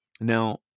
Now